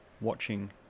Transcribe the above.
watching